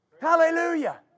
Hallelujah